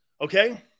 Okay